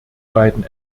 beiden